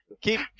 keep